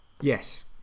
yes